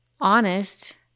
honest